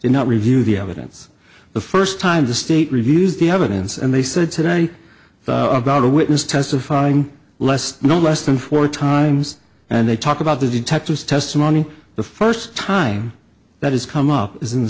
and not reviewed the evidence the first time the state reviews the evidence and they said today about a witness testifying less no less than four times and they talk about the detectives testimony the first time that has come up is in the